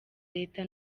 leta